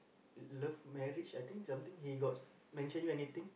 love marriage I think something he got mention you anything